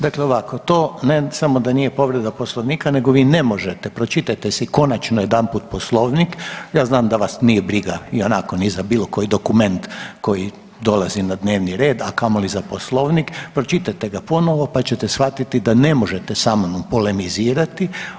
Dakle, ovako to ne samo da nije povreda Poslovnika nego vi ne možete pročitajte si konačno jedanput Poslovnik, ja znam da vas nije briga ionako ni za bilo koji dokument koji dolazi na dnevni red, a kamoli za Poslovnik, pročitajte ga ponovno pa ćete shvatiti da ne može sa mnom polemizirati.